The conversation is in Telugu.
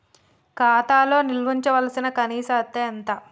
ఖాతా లో నిల్వుంచవలసిన కనీస అత్తే ఎంత?